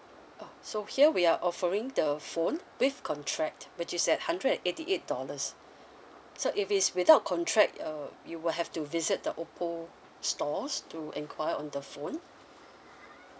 oh so here we are offering the phone with contract which is at hundred eighty eight dollars so if it's without contract uh you will have to visit the Oppo stores to enquire on the phone